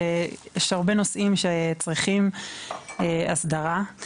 שיש הרבה נושאים שצריכים הסדרה,